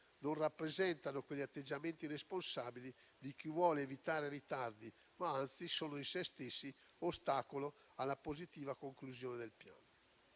non rappresentano gli atteggiamenti responsabili di chi vuole evitare ritardi, ma anzi sono in se stessi ostacolo alla positiva conclusione del Piano.